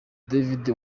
david